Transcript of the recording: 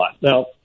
Now